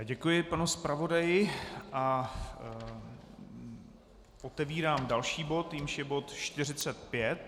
Děkuji panu zpravodaji a otevírám další bod, jímž je bod 45.